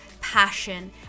passion